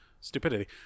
stupidity